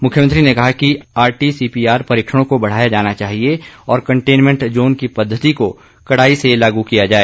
मुख्यमंत्री ने कहा कि आरटीसीपीआर परीक्षणों को बढ़ाया जाना चाहिए और कंटेन्मेंट जोन की पद्धति को कड़ाई से लागू किया जाए